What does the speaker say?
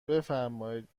بفرمایید